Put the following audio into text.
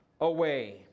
away